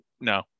No